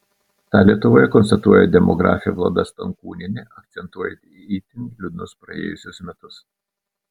tą lietuvoje konstatuoja demografė vlada stankūnienė akcentuojanti itin liūdnus praėjusius metus